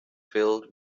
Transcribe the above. filled